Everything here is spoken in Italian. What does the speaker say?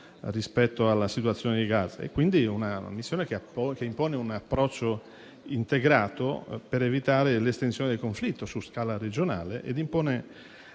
rispetto alla situazione di Gaza. È quindi una missione che impone un approccio integrato per evitare l'estensione del conflitto su scala regionale ed impone